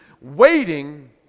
Waiting